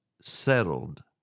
settled